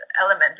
element